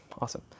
awesome